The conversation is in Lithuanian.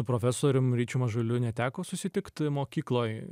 profesorium ryčiu mažuliu neteko susitikt mokykloj